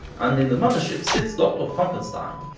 and in the mothership sits dr. funkenstein,